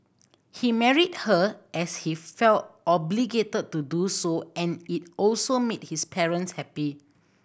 he married her as he felt obligated to do so and it also made his parents happy